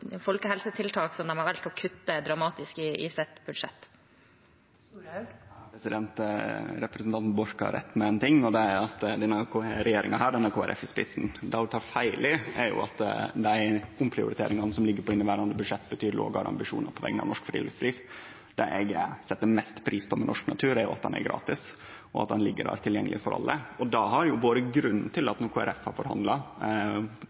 folkehelsetiltak, som de har valgt å kutte dramatisk i sitt budsjett? Representanten Borch har rett i ein ting, og det er at denne regjeringa har Kristeleg Folkeparti i spissen. Det ho tek feil i, er at dei omprioriteringane som ligg i inneverande budsjett, betyr lågare ambisjonar på vegner av norsk friluftsliv. Det eg set mest pris på med norsk natur, er at han er gratis, og at han ligg der tilgjengeleg for alle. Det har vore grunnen til